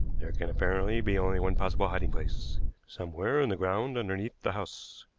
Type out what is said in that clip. there can apparently be only one possible hiding-place somewhere in the ground underneath the house.